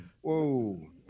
Whoa